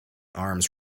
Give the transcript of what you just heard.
arms